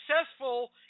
successful